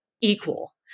equal